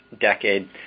decade